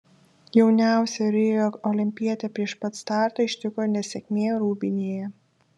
jauniausią rio olimpietę prieš pat startą ištiko nesėkmė rūbinėje